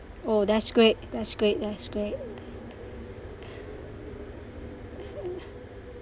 oh that's great that's great that's great